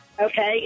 Okay